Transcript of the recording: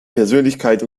persönlichkeit